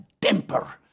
Temper